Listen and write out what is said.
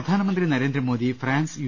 പ്രധാനമന്ത്രി Narendra Modi France U